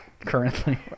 currently